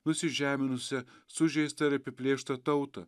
nusižeminusią sužeistą ir apiplėštą tautą